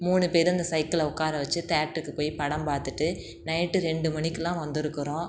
மூணு பேரும் அந்த சைக்கிளில் உட்கார வச்சு தியேட்டருக்கு போய் படம் பாத்துட்டு நைட்டு ரெண்டு மணிக்கெல்லாம் வந்திருக்கிறோம்